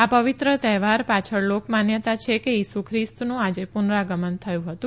આ પવિત્ર તહેવાર પાછળ લોક માન્યતા છે કે ઈસુ ખ્રિસ્તનું આજે પુનરાગમન થયું હતું